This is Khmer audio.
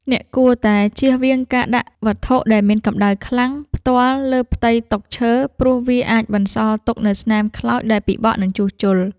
អ្នកគួរតែជៀសវាងការដាក់វត្ថុដែលមានកម្ដៅខ្លាំងផ្ទាល់លើផ្ទៃតុឈើ ព្រោះវាអាចបន្សល់ទុកនូវស្នាមខ្លោចដែលពិបាកនឹងជួសជុល។